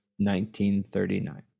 1939